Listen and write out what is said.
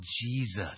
Jesus